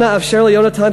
אנא אפשר ליונתן,